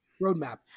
Roadmap